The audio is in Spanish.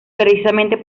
precisamente